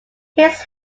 his